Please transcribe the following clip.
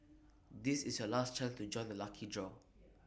this is your last chance to join the lucky draw